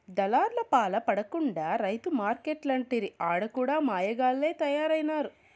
దళార్లపాల పడకుండా రైతు మార్కెట్లంటిరి ఆడ కూడా మాయగాల్లె తయారైనారు